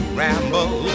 ramble